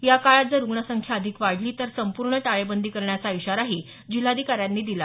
या काळात जर रुग्णसंख्या अधिक वाढली तर संपूर्ण टाळेबंदी करण्याचा इशाराही जिल्हाधिकाऱ्यांनी यावेळी दिला